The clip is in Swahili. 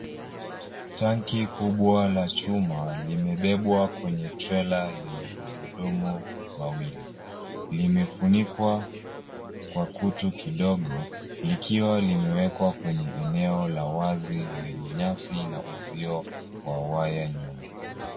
Tanki kubwa la chuma limebebwa kwenye trela yenye gurudumu mawili. Limefunikwa kwa kutu kidogo, likiwa limewekwa kwenye eneo la wazi lenye nyasi na uzio wa waya nyuma.